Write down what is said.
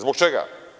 Zbog čega?